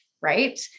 right